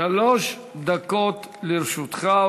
שלוש דקות לרשותך.